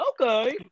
Okay